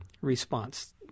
response